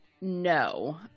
no